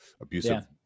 abusive